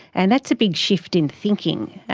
and that's a big shift in thinking,